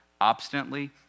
obstinately